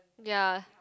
ya